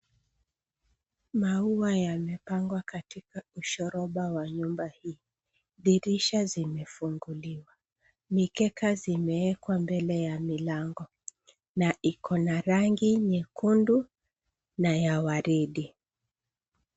Maua yamepangwa katika ushoroba wa nyumba hii. Dirisha zimefunguliwa, mikeka zimewekwa mbele ya milango na ikona rangi nyekundu na ya waridi.